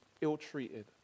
ill-treated